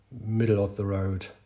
middle-of-the-road